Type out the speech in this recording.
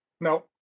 No